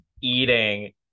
eating